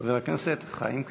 חבר הכנסת חיים כץ.